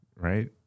Right